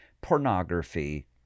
pornography